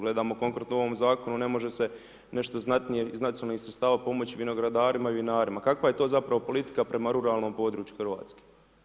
Gledamo konkretno u ovom zakonu, ne može se nešto znatnije iz nacionalnih sredstava pomoć vinogradarima i vinarima, kakva je to zapravo politika prema ruralnom području Hrvatske?